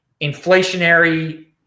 inflationary